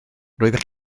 roeddech